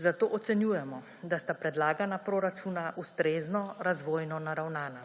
Zato ocenjujemo, da sta predlagana proračuna ustrezno razvojno naravnana.